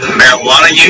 marijuana